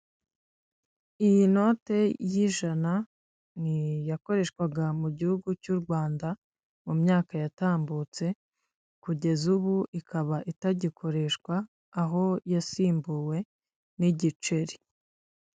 Iyi note y'ijana, ni iyakoreshwaga mu gihugu cy'u Rwanda, mu myaka yatambutse, kugeza ubu ikaba itagikoreshwa, aho yasimbuwe n'igiceri,